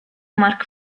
mark